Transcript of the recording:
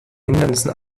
hindernissen